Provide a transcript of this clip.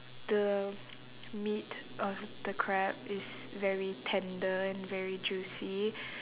the meat of the crab is very tender and very juicy